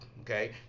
Okay